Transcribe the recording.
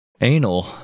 Anal